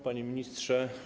Panie Ministrze!